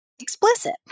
explicit